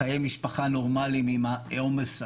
חיי משפחה נורמליים עם העומס,